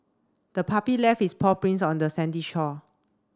the puppy left its paw prints on the sandy shore